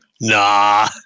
Nah